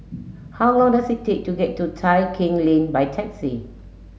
how long does it take to get to Tai Keng Lane by taxi